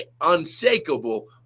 unshakable